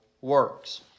works